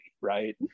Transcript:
right